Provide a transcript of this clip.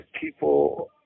people